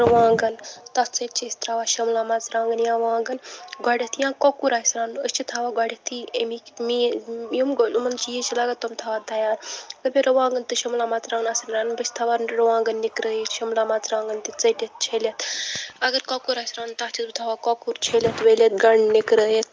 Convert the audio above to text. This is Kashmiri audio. رُوانٛگَن تَتھ سۭتۍ چھِ أسۍ ترٛاوان شِملا مژٕرٛوانٛگَن یا وانٛگَن گۄڈٮ۪تھ یا کۄکُر آسہِ رَنُن أسۍ چھِ تھاوان گۄڈٕٮ۪تھٕے ایٚمِکۍ یِمَن چیٖز چھِ لگان تِم تھاوان تیار اگر بیٚیہِ رُوانٛگَن تہٕ شِملا مژٕرٛوانٛگن آسَن رَنٕنۍ بہٕ چھَس تھاوان رُوانٛگَن نِکرٲیِتھ شِملا مژٕرٛوانٛگن تہِ ژٔٹِتھ چھٔلِتھ اگر کۄکُر آسہِ رَنُن تَتھ چھَس بہٕ تھاوان کۄکُر چھٔلِتھ ویٚلِتھ گَنٛڈٕ نِکرٲیِتھ